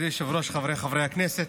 מכובדי היושב-ראש, חבריי חברי הכנסת,